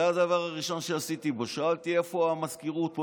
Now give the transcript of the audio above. זה הדבר הראשון שעשיתי, שאלתי: איפה המזכירות פה?